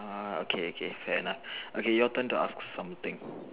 uh okay okay fair enough okay your turn to ask something